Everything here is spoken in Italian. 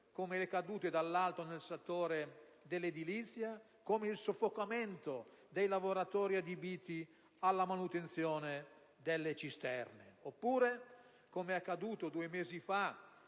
come le cadute dall'alto nel settore dell'edilizia, l'asfissia dei lavoratori adibiti alla manutenzione delle cisterne, oppure, come accaduto due mesi fa